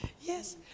Yes